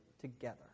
together